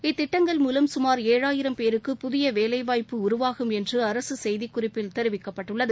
இத்திட்டங்கள் மூலம் சுமார் ஏழாயிரம் பேருக்கு புதிய வேலைவாய்ப்பு உருவாகும் என்று அரசு செய்திக்குறிப்பில் தெரிவிக்கப்பட்டுள்ளது